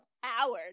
Howard